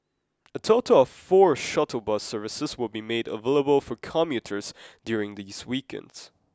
a total of four shuttle bus services will be made available for commuters during these weekends